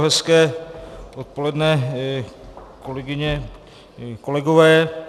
Hezké odpoledne kolegyně, kolegové.